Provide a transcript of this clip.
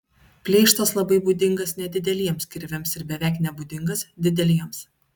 pleištas labai būdingas nedideliems kirviams ir beveik nebūdingas dideliems